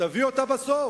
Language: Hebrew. תביא אותה בסוף.